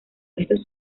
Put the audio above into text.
estos